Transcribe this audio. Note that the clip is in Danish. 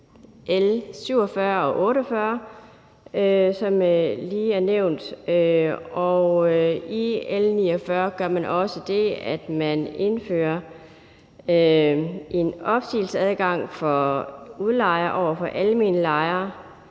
L 47 og L 48, som lige er nævnt, og i L 49 gør man også det, at man indfører en opsigelsesadgang for udlejer over for almen lejer,